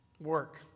work